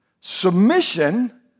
submission